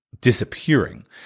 disappearing